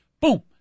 boom